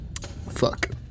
Fuck